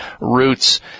roots